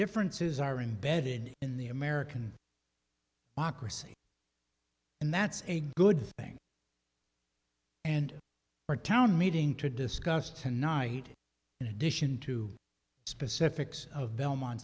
differences are imbedded in the american ocracy and that's a good thing and our town meeting to discuss tonight in addition to specifics of belmont